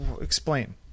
explain